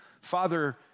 father